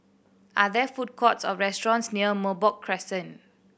are there food courts or restaurants near Merbok Crescent